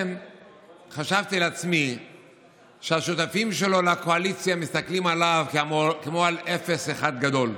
וחשבתי לעצמי שהשותפים שלו לקואליציה מסתכלים עליו כמו על אפס אחד גדול.